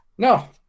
No